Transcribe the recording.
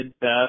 best